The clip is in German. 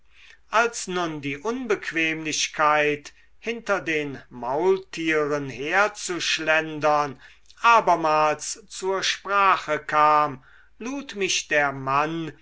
als nun die unbequemlichkeit hinter den maultieren herzuschlendern abermals zur sprache kam lud mich der mann